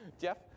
Jeff